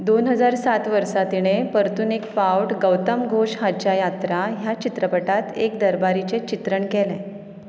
दोन हजार सात वर्सा तिणें परतून एक फावट गौतम घोश हाच्या यात्रा ह्या चित्रपटांत एक दरबारीचें चित्रण केलें